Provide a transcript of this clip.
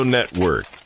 Network